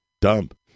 Dump